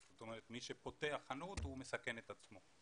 זאת אומרת מי שפותח חנות מסכן את עצמו.